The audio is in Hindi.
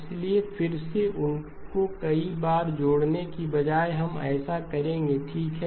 इसलिए फिर से उनको कई बार जोड़ने के बजाय हम ऐसा करेंगे ठीक है